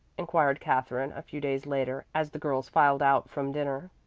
inquired katherine, a few days later, as the girls filed out from dinner.